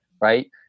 right